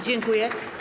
Dziękuję.